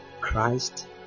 Christ